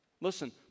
Listen